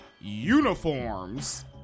uniforms